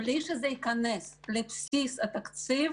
אבל בלי שזה ייכנס לבסיס התקציב,